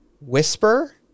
whisper